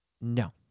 no